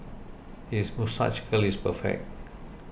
his moustache curl is perfect